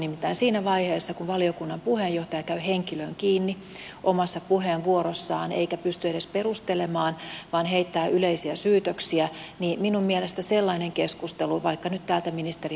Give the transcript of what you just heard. nimittäin siinä vaiheessa kun valiokunnan puheenjohtaja käy henkilöön kiinni omassa puheenvuorossaan eikä pysty edes perustelemaan vaan heittää yleisiä syytöksiä minun mielestäni sellainen keskustelu vaikka nyt päätä ministeri